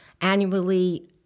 annually